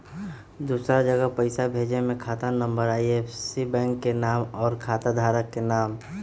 दूसरा जगह पईसा भेजे में खाता नं, आई.एफ.एस.सी, बैंक के नाम, और खाता धारक के नाम?